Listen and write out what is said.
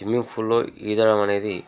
swimming ఫూల్లో ఈదడం అనేది